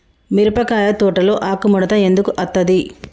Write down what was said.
మిరపకాయ తోటలో ఆకు ముడత ఎందుకు అత్తది?